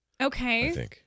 Okay